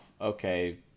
Okay